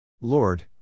Lord